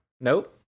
Nope